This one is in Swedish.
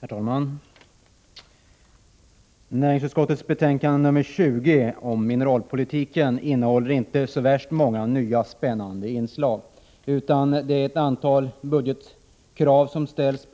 Herr talman! Näringsutskottets betänkande 20 om mineralpolitik innehåller inte så värst många nya, spännande inslag, utan det är ett antal budgetkrav